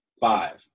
five